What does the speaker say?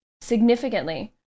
significantly